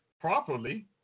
properly